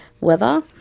weather